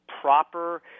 proper